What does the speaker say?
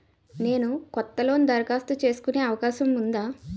నేను కొత్త లోన్ దరఖాస్తు చేసుకునే అవకాశం ఉందా?